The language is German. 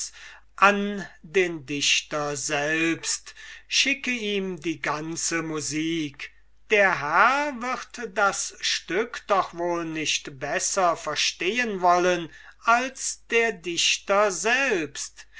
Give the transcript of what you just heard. an den dichter schicke ihm die ganze musik der herr wird das stück doch wohl nicht besser verstehen wollen als der poet selbst